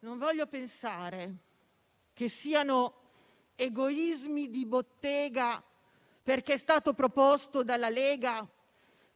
Non voglio pensare che siano egoismi di bottega, perché è stato proposto dalla Lega,